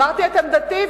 אמרתי את עמדתי,